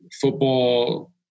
football